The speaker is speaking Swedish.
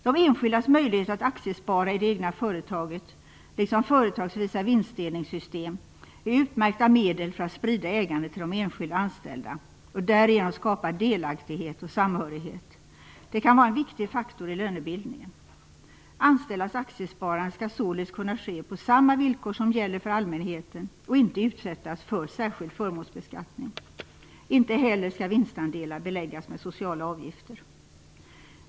De enskildas möjligheter att aktiespara i det egna företaget, liksom företagsvisa vinstdelningssystem är utmärkta medel för att sprida ägande till de enskilda anställda och därigenom skapa delaktighet och samhörighet. Det kan vara en viktig faktor i lönebildningen. Anställdas aktiesparande skall således kunna ske på samma villkor som gäller för allmänheten och inte utsättas för särskild förmånsbeskattning. Inte heller skall vinstandelar beläggas med sociala avgifter.